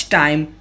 time